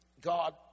God